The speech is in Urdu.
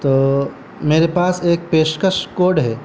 تو میرے پاس ایک پیشکش کوڈ ہے